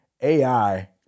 AI